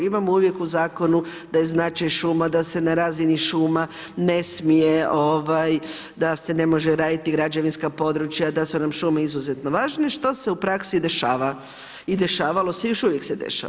Imamo uvijek u zakon da je značaj šuma, da se na razini šuma ne smije, da se ne može graditi građevinska područja, da su nam šume izuzetno važne, što su u praksi i dešava i dešavalo se i još uvijek se dešava.